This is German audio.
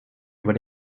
über